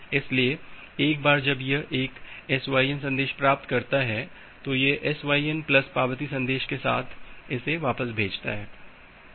इसलिए एक बार जब यह एक SYN संदेश प्राप्त करता है तो यह SYN प्लस पावती संदेश के साथ इसे वापस भेजता है